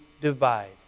divide